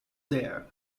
there